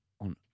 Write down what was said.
on